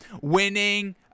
winning